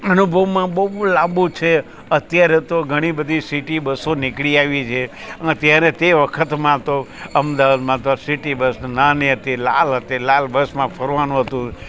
અનુભવમાં બહુ લાંબુ છે અત્યારે તો ઘણી બધી સિટી બસો નીકળી આવી છે અને ત્યારે તે વખતમાં તો અમદાવાદમાં તો સિટી બસ નાની હતી લાલ હતી લાલ બસમાં ફરવાનું હતું